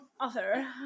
author